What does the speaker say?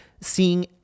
seeing